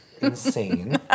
insane